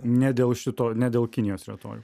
ne dėl šito ne dėl kinijos rytoj